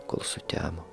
kol sutemo